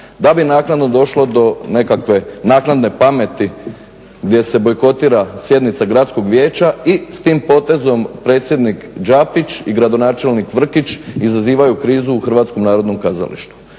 da bi naknadno došlo do nekakve naknadne pameti gdje s bojkotira sjednica gradskog vijeća i s tim potezom predsjednik Đapić i gradonačelnik Vrkić izazivaju krizu u HNK-u. znači